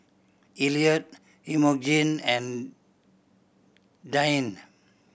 Eliot Emogene and Deanne